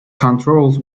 controls